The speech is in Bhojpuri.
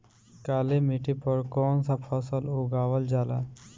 काली मिट्टी पर कौन सा फ़सल उगावल जाला?